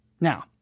Now